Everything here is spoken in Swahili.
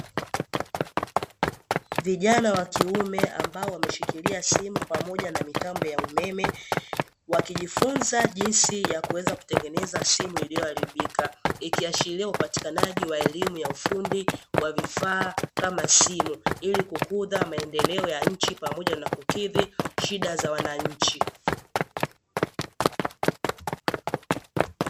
Vijana wa kiume ambao wameshikilia simu pamoja na mitambo ya umeme, wakijifunza jinsi ya kuweza kutengeneza simu iliyoharibika. Ikiashiria upatikanaji wa elimu ya ufundi wa vifaa kama simu ili kukuza maendeleo ya nchi pamoja na kukidhi shida za wananchi.